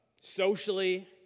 socially